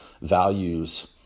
values